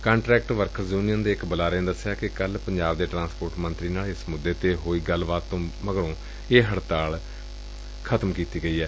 contract workers union ਦੇ ਇਕ ਬੁਲਾਰੇ ਨੇ ਦਸਿਆ ਕਿ ਕੱਲ੍ਹ ਪੰਜਾਬ ਦੇ ਟਰਾਂਸਪੋਰਟ ਮੰਤਰੀ ਨਾਲ ਏਸ ਮੁੱਦੇ ਤੇ ਹੋਈ ਗਲੱਬਾਤ ਤੋ ਮਗਰੋ ਇਹ ਹੜਤਾਲ ਵਾਪਸ ਲੈ ਲਈ ਗਈ ਏ